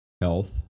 health